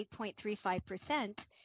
8.35%